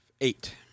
Eight